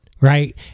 right